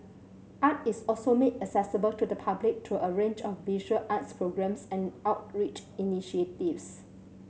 art is also made accessible to the public through a range of visual arts programmes and outreach initiatives